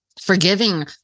forgiving